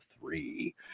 three